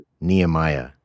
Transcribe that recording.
Nehemiah